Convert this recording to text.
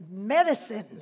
medicine